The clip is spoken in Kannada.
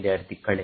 ವಿದ್ಯಾರ್ಥಿಕಳೆ